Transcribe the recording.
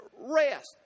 rest